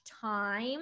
time